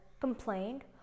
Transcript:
complained